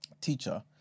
teacher